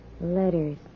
Letters